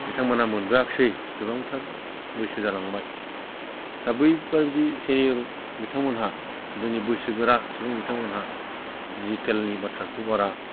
बिथांमोना मोनबोआखिसै गोबांथार बैसो जालांबाय दा बैबायदि सिनियर बिथांमोनहा जोंनि बैसोगोरा सुबुं बिथांमोनहा डिजिटेलनि बाथ्राखौ बारा